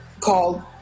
called